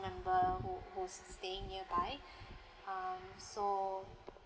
member who who's staying nearby um so